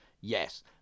yes